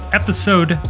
episode